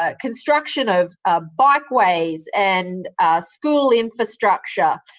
ah construction of ah bikeways and school infrastructure,